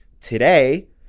today